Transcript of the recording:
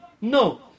No